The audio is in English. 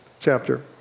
chapter